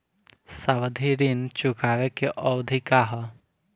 सावधि ऋण चुकावे के अवधि का ह?